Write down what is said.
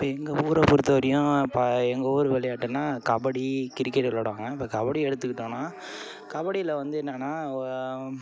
இப்போ எங்கள் ஊரை பொறுத்த வரையும் இப்போ எங்கள் ஊர் விளையாட்டுன்னா கபடி கிரிக்கெட் விளையாடுவாங்க இந்த கபடி எடுத்துக்கிட்டோம்னா கபடியில் வந்து என்னென்னா